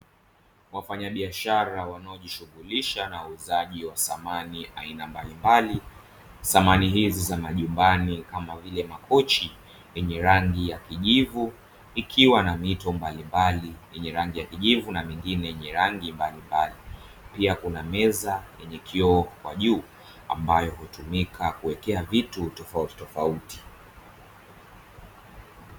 Wafanyabiashara wanaojishughulisha na uuzaji wa samani za aina mbalimbali, samani hizi za nyumbani kama vile: makochi yenye rangi ya kijivu ikiwa na mito mbalimbali yenye rangi ya kijivu na rangi mbalimbali, pia kuna meza ya kioo ambayo hutumika kuwekea vitu tofautitofauti.